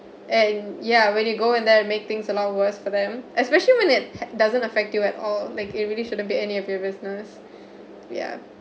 and ya when you go in there and make things a lot worse for them especially when it doesn't affect you at all like it really shouldn't be any of your business ya